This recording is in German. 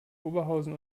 oberhausen